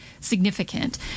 significant